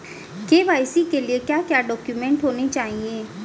KYC के लिए क्या क्या डॉक्यूमेंट चाहिए?